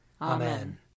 Amen